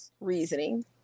reasoning